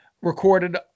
recorded